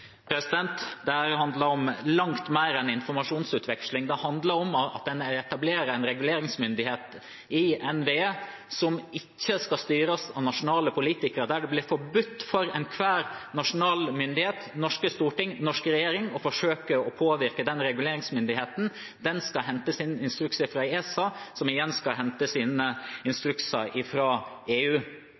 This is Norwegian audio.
handler om langt mer enn informasjonsutveksling. Dette handler om at en vil etablere en reguleringsmyndighet i NVE som ikke skal styres av nasjonale politikere, og der det blir forbudt for enhver nasjonal myndighet, det norske storting og den norske regjering, å forsøke å påvirke den reguleringsmyndigheten. Den skal hente sine instrukser fra ESA, som igjen skal hente sine instrukser fra EU.